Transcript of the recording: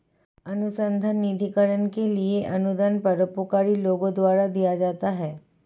अनुसंधान निधिकरण के लिए अनुदान परोपकारी लोगों द्वारा दिया जाता है